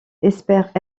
espère